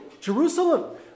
Jerusalem